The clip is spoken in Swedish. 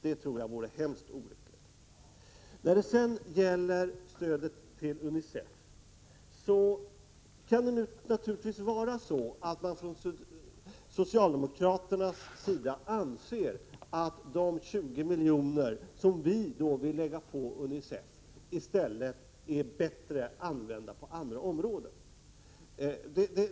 Det skulle vara mycket olyckligt. När det gäller stödet till UNICEF kan man naturligtvis från socialdemokraternas sida anse att de 20 miljoner som vi vill anvisa till UNICEF i stället kan användas bättre på andra områden.